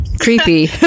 Creepy